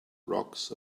rocks